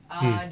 mm